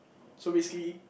so basically